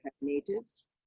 natives